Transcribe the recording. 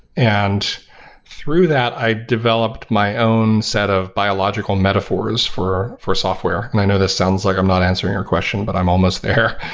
and through that, i developed my own set of biological metaphors for for software, and i know this sounds like i'm not answering your question, but i'm almost there.